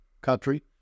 country